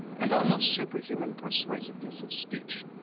and almost superhuman persuasiveness of speech,